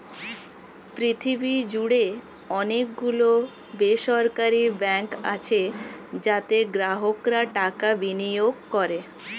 পৃথিবী জুড়ে অনেক গুলো বেসরকারি ব্যাঙ্ক আছে যাতে গ্রাহকরা টাকা বিনিয়োগ করে